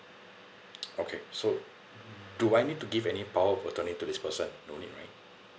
okay so do I need to give any power of attorney to this person no need right